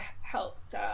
helped